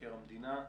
מבקר המדינה,